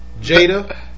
Jada